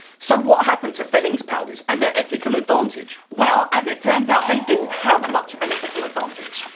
so what happened to fennings' powders and their ethical advantage? well, as it turns out they didn't have much of an ethical advantage.